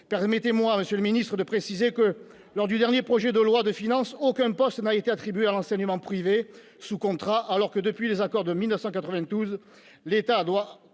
permettez-moi de préciser que, au titre du dernier projet de loi de finances, aucun poste n'a été attribué à l'enseignement privé sous contrat, alors que, depuis les accords de 1992, l'État s'était